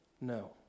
no